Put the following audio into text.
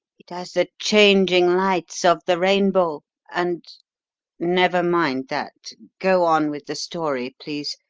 it has the changing lights of the rainbow, and never mind that go on with the story, please.